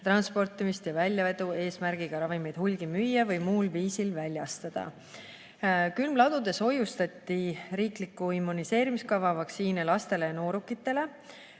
transportimist ja väljavedu eesmärgiga ravimeid hulgi müüa või muul viisil väljastada. Külmladudes hoiustati riikliku immuniseerimiskava vaktsiine lastele ja noorukitele.